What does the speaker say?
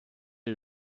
est